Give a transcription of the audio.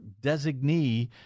designee